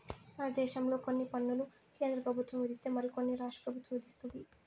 మన దేశంలో కొన్ని పన్నులు కేంద్ర పెబుత్వం విధిస్తే మరి కొన్ని రాష్ట్ర పెబుత్వం విదిస్తది